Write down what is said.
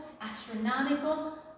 astronomical